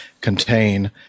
contain